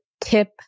tip